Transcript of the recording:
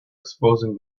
exposing